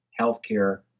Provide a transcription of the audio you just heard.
healthcare